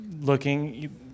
looking